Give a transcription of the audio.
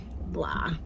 blah